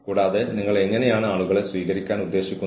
പക്ഷേ ഓർഗനൈസേഷൻ ആണ് ഇക്കാര്യത്തിൽ തീരുമാനമെടുക്കേണ്ടത്